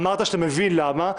אמרת שאתה מבין למה,